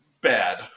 bad